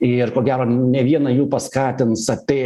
ir ko gero ne vieną jų paskatins tai